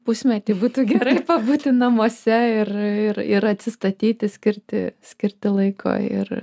pusmetį būtų gerai pabūti namuose ir ir atsistatyti skirti skirti laiko ir